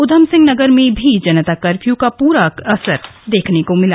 ऊधमसिंहनगर में भी जनता कर्फ्यू का पूरा असर देखने को भिला